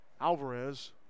Alvarez